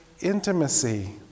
intimacy